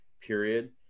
Period